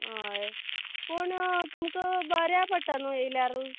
हय पूण तुमकां बऱ्याक पडटलें न्हू येयल्यार